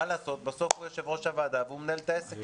מה לעשות, בסוף הוא היושב ראש והוא מנהל את העסק.